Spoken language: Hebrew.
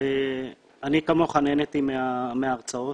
אני כמוך נהניתי מההרצאות,